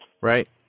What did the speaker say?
right